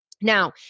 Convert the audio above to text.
Now